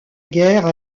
guerre